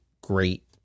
great